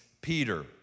Peter